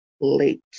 late